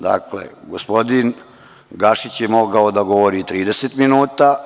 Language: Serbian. Dakle, gospodin Gašić je mogao da govori i 30 minuta.